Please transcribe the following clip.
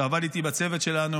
שעבד איתי בצוות שלנו,